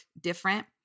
different